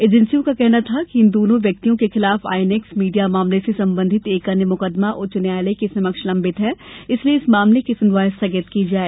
एजेंसियों का कहना था कि इन दोनों व्यक्तियों के खिलाफ आईएनएक्स मीडिया मामले से संबंधित एक अन्य मुकदमा उच्चतम न्यायालय के समक्ष लंबित है इसलिए इस मामले की सुनवाई स्थगित की जाए